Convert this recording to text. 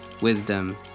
wisdom